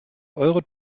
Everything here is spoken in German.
euro